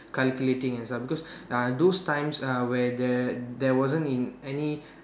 calculating and stuff because uh those times uh where there there wasn't in any